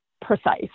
precise